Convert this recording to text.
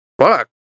fuck